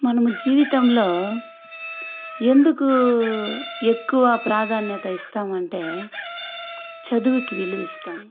మనం జీవితంలో ఎందుకు ఎక్కువ ప్రాధాన్యత ఇస్తామంటే చదువుకు విలువిస్తాం